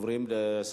נעבור לנושא